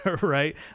right